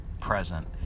present